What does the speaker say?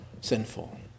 sinful